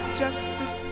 justice